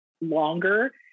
longer